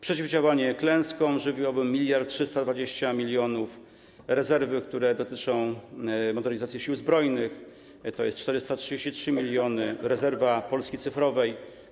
Przeciwdziałanie klęskom żywiołowym - 1320 mln. Rezerwy, które dotyczą modernizacji Sił Zbrojnych, to jest kwota 433 mln. Rezerwa „Polski cyfrowej”